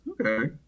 Okay